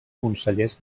consellers